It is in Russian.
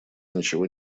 ничего